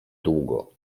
długo